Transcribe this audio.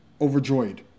overjoyed